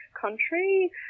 country